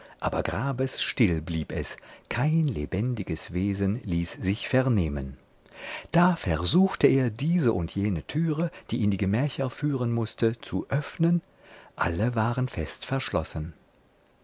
aber grabesstill blieb es kein lebendiges wesen ließ sich vernehmen da versuchte er diese und jene türe die in die gemächer führen mußte zu öffnen alle waren fest verschlossen